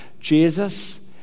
Jesus